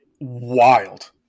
wild